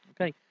Okay